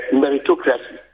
meritocracy